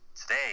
today